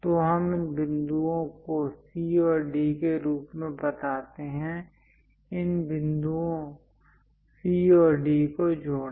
तो हम इन बिंदुओं को C और D के रूप में बताते हैं इन बिंदुओं C और D को जोड़ें